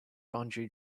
bungee